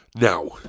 now